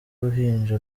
ruhinja